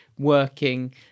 working